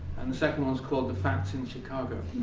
and the second one's called the facts in chicago.